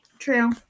True